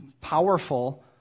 powerful